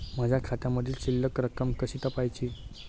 माझ्या खात्यामधील शिल्लक रक्कम कशी तपासायची?